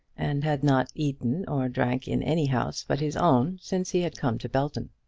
and had not eaten or drank in any house but his own since he had come to belton.